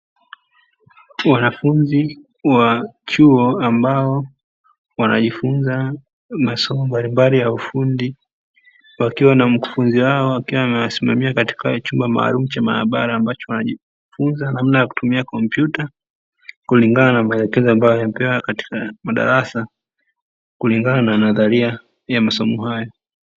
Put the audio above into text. Wanafunzi wa chuo ambao wanajifunza masomo mbalimbali ya ufundi, wakiwa na mkufunzi wao akiwa awmewasimamia katika chumba maalumu cha maabara, ambacho wanajifunza namna ya kutumia kompyuta kulingana na maelekezo ambayo wamepewa katika madarasa, kulingana na nadharia ya masomo hayo.